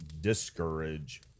discourage